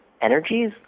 energies